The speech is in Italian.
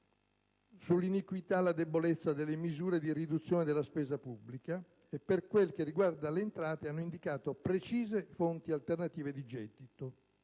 sull'iniquità e la debolezza delle misure di riduzione della spesa pubblica e, per quel che riguarda le entrate, hanno indicato precise fonti alternative di gettito.